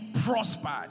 prospered